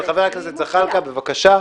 חבר הכנסת זחאלקה בבקשה.